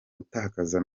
gutakaza